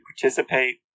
participate